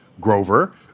Grover